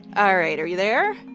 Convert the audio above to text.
ah right, are you there?